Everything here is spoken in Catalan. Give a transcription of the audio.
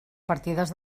partides